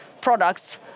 products